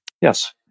Yes